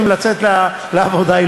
כאן השר לביטחון פנים ואמר בצורה ברורה שהוא